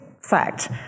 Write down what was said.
fact